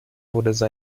wurde